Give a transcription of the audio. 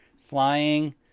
flying